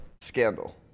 scandal